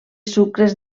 sucres